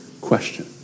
question